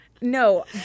no